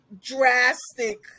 drastic